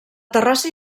terrassa